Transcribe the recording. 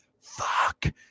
fuck